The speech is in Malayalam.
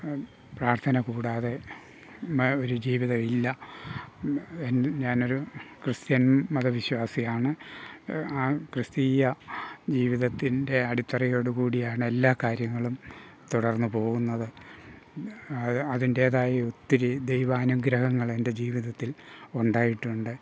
പ്രാർത്ഥന കൂടാതെ മ് ഒരു ജീവിതമില്ല എൻ ഞാനൊരു ക്രിസ്ത്യൻ മത വിശ്വാസിയാണ് ആ ക്രിസ്തീയ ജീവിതത്തിൻ്റെ അടിത്തറയോട് കൂടിയാണ് എല്ലാ കാര്യങ്ങളും തുടർന്ന് പോകുന്നത് അത് അതിൻ്റേതായ ഒത്തിരി ദൈവാനുഗ്രഹങ്ങൾ എൻ്റെ ജീവിതത്തിൽ ഉണ്ടായിട്ടുണ്ട്